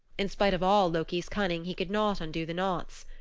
in spite of all loki's cunning he could not undo the knots.